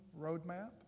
roadmap